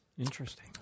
interesting